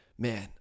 Man